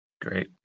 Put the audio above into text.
Great